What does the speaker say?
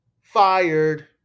fired